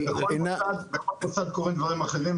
בכל משרד קורים דברים אחרים,